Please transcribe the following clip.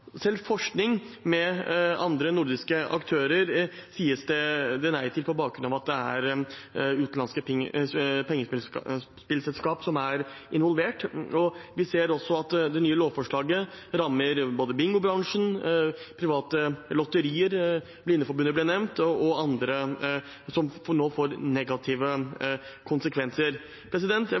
Selv forskning med andre nordiske aktører sies det nei til med bakgrunn i at det er utenlandske pengespillselskap som er involvert. Vi ser også at det nye lovforslaget rammer både bingobransjen, private lotterier – Blindeforbundet ble nevnt – og andre som det nå får negative konsekvenser